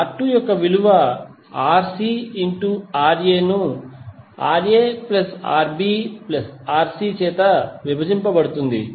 R2 యొక్క విలువ RcRa ను RaRbRc చే విభజించబడుతుంది